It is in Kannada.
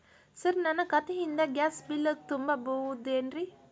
ಸರ್ ನನ್ನ ಖಾತೆಯಿಂದ ಗ್ಯಾಸ್ ಬಿಲ್ ತುಂಬಹುದೇನ್ರಿ?